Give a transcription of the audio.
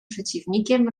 przeciwnikiem